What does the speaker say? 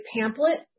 pamphlet